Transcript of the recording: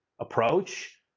approach